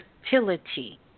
fertility